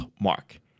Mark